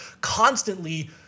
constantly